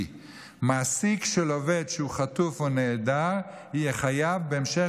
כי מעסיק של עובד שהוא חטוף או נעדר יהיה חייב בהמשך